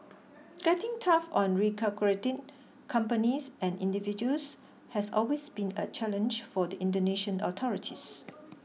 getting tough on recalcitrant companies and individuals has always been a challenge for the Indonesian authorities